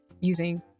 using